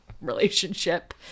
relationship